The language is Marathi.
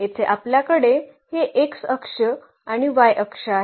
येथे आपल्याकडे हे x अक्ष आणि y अक्ष आहेत